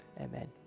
amen